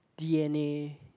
D_N_A